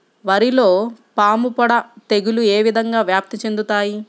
వరిలో పాముపొడ తెగులు ఏ విధంగా వ్యాప్తి చెందుతాయి?